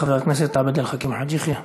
חבר הכנסת עבד אל חכים חאג' יחיא.